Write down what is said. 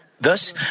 Thus